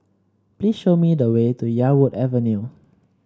please show me the way to Yarwood Avenue